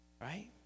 right